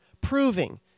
proving